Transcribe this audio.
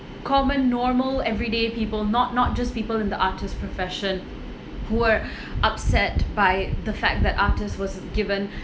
common normal everyday people not not just people in the artist profession who are upset by the fact that artists was given